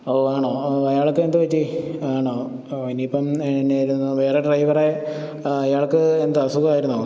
ഓ ആണോ അയാൾക്കെന്ത് പറ്റി ആണോ ഇനിയിപ്പോള് എന്നായിരുന്നു വേറെ ഡ്രൈവറെ അയാൾക്ക് എന്താ അസുഖായിരുന്നോ